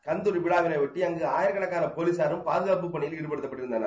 கந்தரி விழாவினைபொட்டி ஆயிரக்கணக்கான போலீசாரும் பாதகாப்பு பணியில் ஈடுபடுத்தப்பட்டு இருந்தனர்